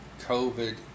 COVID